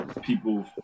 people